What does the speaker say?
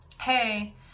Hey